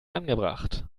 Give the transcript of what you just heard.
angebracht